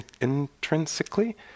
intrinsically